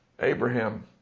Abraham